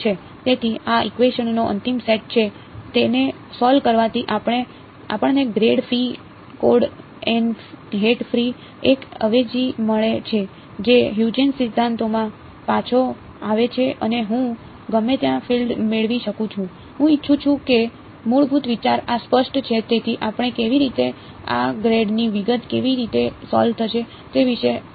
તેથી આ ઇકવેશનનો અંતિમ સેટ છે તેને સોલ્વ કરવાથી આપણને grad phi dot n hat phi 1 અવેજી મળે છે જે હ્યુજેન્સ સિદ્ધાંતમાં પાછો આવે છે અને હું ગમે ત્યાં ફીલ્ડ મેળવી શકું છું હું ઇચ્છું છું કે મૂળભૂત વિચાર આ સ્પષ્ટ છે તેથી આપણે કેવી રીતે આ ગ્રેડની વિગત કેવી રીતે સોલ્વ થશે તે વિશે આવરી લેશે